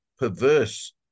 perverse